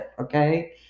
Okay